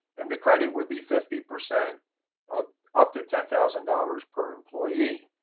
and the credit would be fifty percent of up to ten thousand dollars per employee.